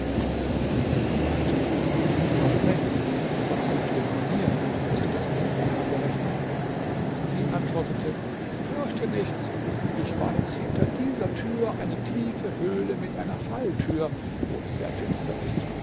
der prinz sagte du hast recht doch sind wir nun hier hast du das nicht vorher berechnet sie antwortete fürchte nichts ich weiß hinter dieser tür eine tiefe höhle mit einer falltür wo es sehr finster ist